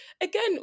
again